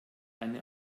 eine